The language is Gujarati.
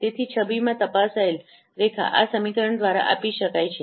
તેથી છબીમાં તપાસાયેલ રેખા આ સમીકરણ દ્વારા આપી શકાય છે